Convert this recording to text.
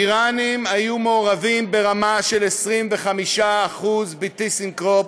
איראנים היו מעורבים ברמה של 25% ב"טיסנקרופ"